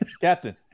Captain